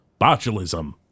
Botulism